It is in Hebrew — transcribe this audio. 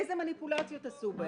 איזה מניפולציות עשו בהן?